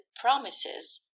promises